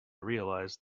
realized